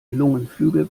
lungenflügel